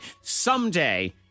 someday